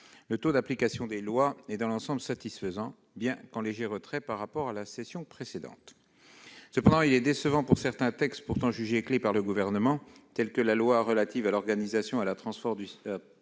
le taux d'application des lois est dans l'ensemble satisfaisant, bien qu'en léger retrait par rapport à la session précédente. Cependant, il est décevant pour certains textes pourtant jugés clés par le Gouvernement, tels que la loi relative à l'organisation et à la transformation du système